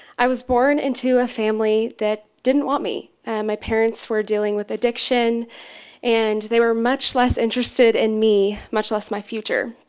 i was born into a family that didn't want me. and my parents were dealing with addiction and they were much less interested in me, much less my future.